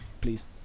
please